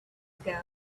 ago